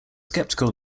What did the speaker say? skeptical